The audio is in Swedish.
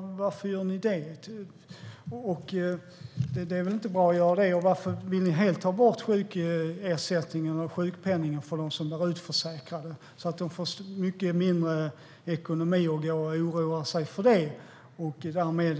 Varför gör ni det? Det är väl inte bra. Vill ni helt ta bort sjukersättningen och sjukpenningen för dem som blir utförsäkrade så att de får mycket sämre ekonomi och går och oroar sig för det? Därmed